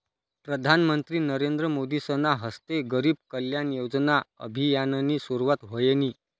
प्रधानमंत्री नरेंद्र मोदीसना हस्ते गरीब कल्याण योजना अभियाननी सुरुवात व्हयनी